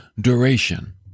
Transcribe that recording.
duration